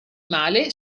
male